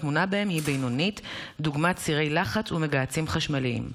הצעת חוק לתיקון פקודת היבוא והיצוא (מס' 5)